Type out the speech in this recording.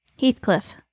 Heathcliff